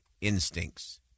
instincts